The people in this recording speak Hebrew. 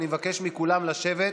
אני מבקש מכולם לשבת.